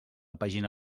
pàgina